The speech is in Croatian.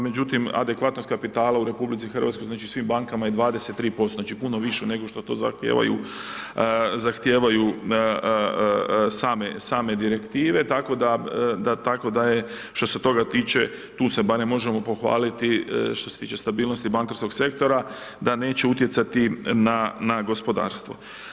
Međutim, adekvatnost kapitala u RH, znači, u svim bankama je 23%, znači, puno više nego što to zahtijevaju same Direktive, tako da je, što se toga tiče, tu se barem možemo pohvaliti, što se tiče stabilnosti bankarskog sektora da neće utjecati na gospodarstvo.